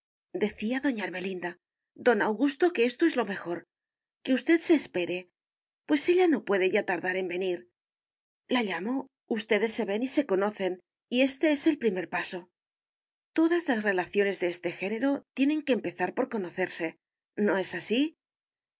creodecía doña ermelinda don augusto que esto es lo mejor que usted se espere pues ella no puede ya tardar en venir la llamo ustedes se ven y se conocen y éste es el primer paso todas las relaciones de este género tienen que empezar por conocerse no es así